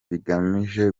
bigamije